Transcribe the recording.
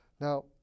Now